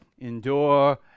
endure